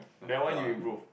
that one you improve